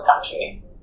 country